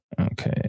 okay